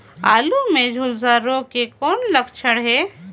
आलू मे झुलसा रोग के कौन लक्षण हे?